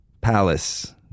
Palace